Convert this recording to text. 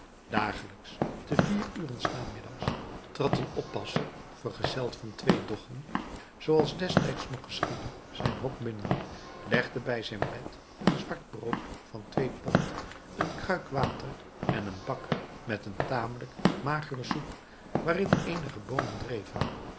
dagelijks te vier uren s namiddags trad een oppasser vergezeld van twee doggen zooals destijds nog geschiedde zijn hok binnen legde bij zijn bed een zwart brood van twee pond een kruik water en een bak met een tamelijk magere soep waarin eenige boonen dreven